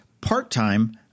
part-time